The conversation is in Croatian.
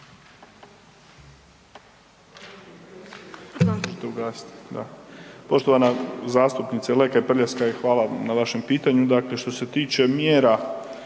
Poštovana zastupnice Lekaj Prljaskaj, hvala vam na vašem pitanju.